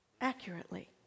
accurately